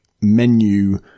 menu